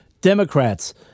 Democrats